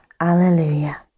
Alleluia